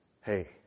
Hey